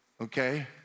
Okay